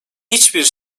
hiçbir